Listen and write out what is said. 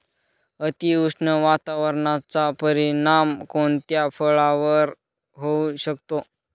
अतिउष्ण वातावरणाचा परिणाम कोणत्या फळावर होऊ शकतो?